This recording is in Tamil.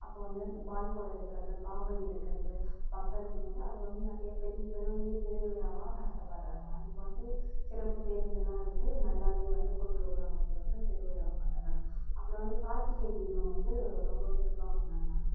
அப்போ வந்து இந்த பால்குடம் எடுக்கிறது காவடி எடுக்கிறது பக்தர்கள் வந்து அதை வந்து நிறைய பெருக பெரிய திருவிழாவாக நடத்தப்படுகிறாங்க அதுக்கு வந்து சிறப்பு பேருந்துலாம் விட்டு நல்லாவே வந்து கூடலுர் கிராமத்தில் வந்து திருவிழாவாக கொண்டாடுகிறாங்க அப்புறம் வந்து கார்த்திகை தீபம் வந்து ரொம்ப சிறப்பாக கொண்டாடுனாங்க